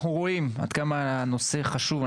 אנחנו רואים עד כמה הנושא חשוב.